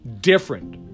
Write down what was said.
different